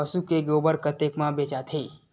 पशु के गोबर कतेक म बेचाथे?